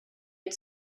had